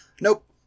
nope